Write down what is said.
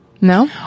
No